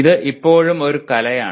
ഇത് ഇപ്പോഴും ഒരു കലയാണ്